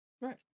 Right